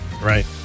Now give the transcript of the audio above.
right